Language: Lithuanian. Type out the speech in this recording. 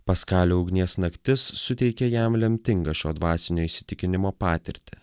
paskalio ugnies naktis suteikė jam lemtingą šio dvasinio įsitikinimo patirtį